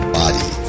body